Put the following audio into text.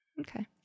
Okay